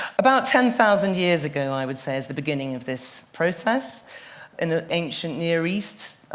about ten thousand years ago, i would say, is the beginning of this process in the ancient near east,